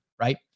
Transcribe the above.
right